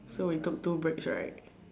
so we took two breaks right